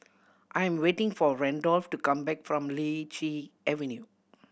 I am waiting for Randolph to come back from Lichi Avenue